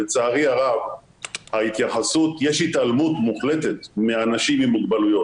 לצערי הרב יש התעלמות מוחלטת מאנשים עם מוגבלויות.